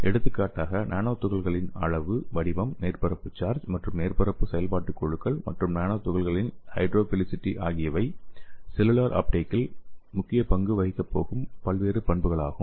எடுத்துக்காட்டாக நானோ துகள்களின் அளவு வடிவம் மேற்பரப்பு சார்ஜ் மற்றும் மேற்பரப்பு செயல்பாட்டுக் குழுக்கள் மற்றும் நானோ துகள்களின் ஹைட்ரோஃபிலிசிட்டி ஆகியவை செல்லுலார் அப்டேகில் முக்கிய பங்கு வகிக்கப் போகும் பல்வேறு பண்புகளாகும்